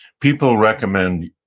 people recommend,